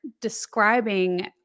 describing